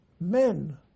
men